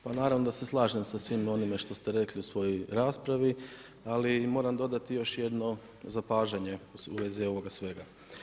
Pa naravno da se slažem sa svim onime što ste rekli u svojoj raspravi, ali moram dodati još jedno zapažanje u vezi ovoga svega.